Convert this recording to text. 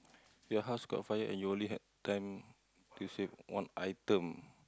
your house got fire and you only had time to save one item